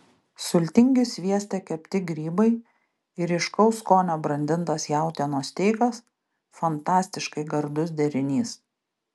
sultingi svieste kepti grybai ir ryškaus skonio brandintas jautienos steikas fantastiškai gardus derinys